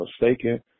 mistaken